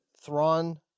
Thrawn